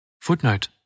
Footnote